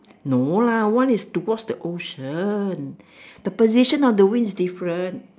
no lah one is towards the ocean the position of the wing is different